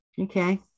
Okay